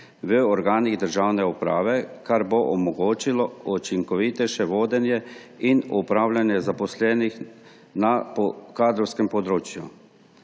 v organih državne uprave, kar bo omogočilo učinkovitejše vodenje in upravljanje zaposlenih na kadrovskem področju.